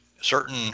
certain